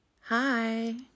hi